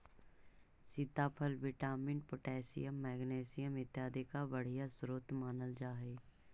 सीताफल vitamin, potassium, magnesium इत्यादि का बढ़िया स्रोत मानल जा हई